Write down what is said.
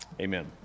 Amen